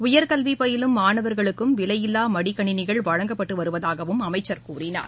உயர்கல்வி பயிலும் மாணவர்களுக்கும் விலையில்லா மடிக்கணிகள் வழங்கப்பட்டு வருவதாகவும் அவர் கூறினார்